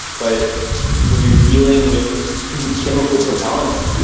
but when you're dealing with chemical propellants,